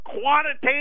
quantitative